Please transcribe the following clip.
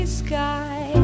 sky